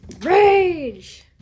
Rage